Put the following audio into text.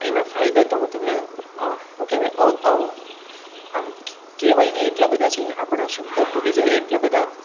એના ફાયદા તો હું તમને શું કહેવાય આમ કહેવાય નહીં એટલા બધા છે આપણા શબ્દ ખૂટી જાય એટલા બધા